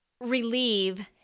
relieve